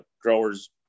growers